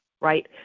right